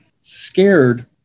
scared